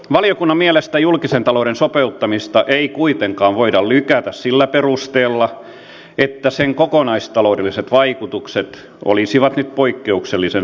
valiokunnan mielestä julkisen talouden sopeuttamista ei kuitenkaan voida lykätä sillä perusteella että sen kokonaistaloudelliset vaikutukset olisivat nyt poikkeuksellisen suuret